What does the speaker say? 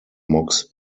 mocks